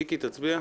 מיקי, תצביע.